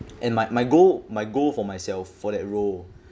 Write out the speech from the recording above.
and my my goal my goal for myself for that role